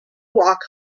walk